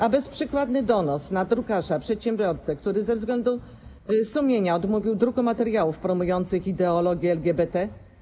A bezprzykładny donos na drukarza, przedsiębiorcę, który ze względu na sumienie odmówił druku materiałów promujących ideologię LGBT?